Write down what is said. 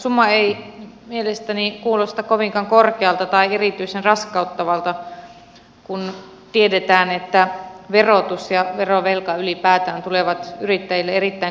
summa ei mielestäni kuulosta kovinkaan korkealta tai erityisen raskauttavalta kun tiedetään että verotus ja verovelka ylipäätään tulevat yrittäjille erittäin kalliiksi